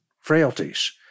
frailties